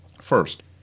first